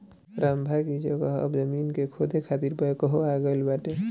रम्भा की जगह अब जमीन के खोदे खातिर बैकहो आ गईल बाटे